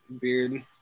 beard